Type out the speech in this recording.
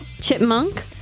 Chipmunk